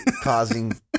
causing